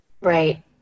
Right